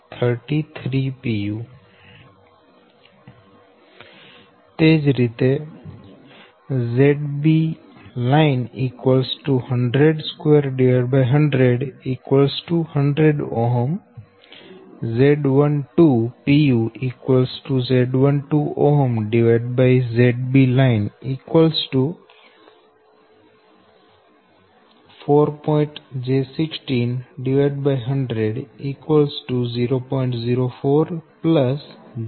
33 pu તેથી ZBline 2100 100 Z12 Z12 ZB line 4 j16100 0